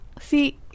See